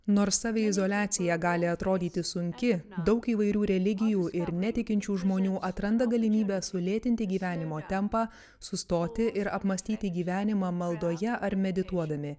nors saviizoliacija gali atrodyti sunki daug įvairių religijų ir netikinčių žmonių atranda galimybę sulėtinti gyvenimo tempą sustoti ir apmąstyti gyvenimą maldoje ar medituodami